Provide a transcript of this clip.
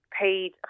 paid